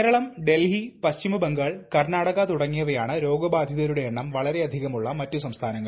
കേരളം ദൽഹി പശ്ചിമ ബംഗാൾ കർണാടുക തുടങ്ങിയവയാണ് രോഗബാധിതരുടെ എണ്ണം വളരെയധികമുള്ള മറ്റു സംസ്ഥാനങ്ങൾ